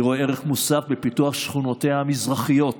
אני רואה ערך מוסף בפיתוח שכונותיה המזרחיות